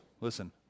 listen